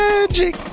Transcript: Magic